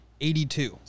82